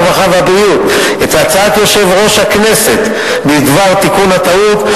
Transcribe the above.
הרווחה והבריאות את הצעת יושב-ראש הכנסת בדבר תיקון הטעות.